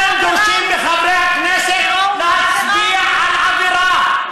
אתם דורשים מחברי הכנסת להצביע על עבירה.